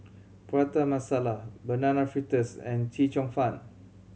Prata Masala Banana Fritters and Chee Cheong Fun